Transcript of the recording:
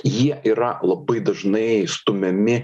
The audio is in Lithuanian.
jie yra labai dažnai stumiami